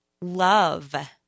Love